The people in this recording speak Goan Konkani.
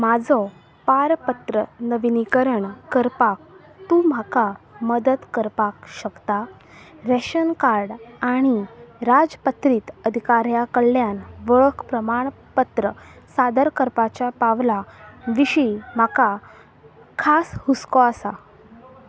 म्हाजो पारपत्र नविनीकरण करपाक तूं म्हाका मदत करपाक शकता रॅशन कार्ड आनी राजपत्रीत अधिकाऱ्या कडल्यान वळख प्रमाणपत्र सादर करपाच्या पावला विशीं म्हाका खास हुस्को आसा